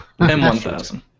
M1000